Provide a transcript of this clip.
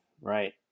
right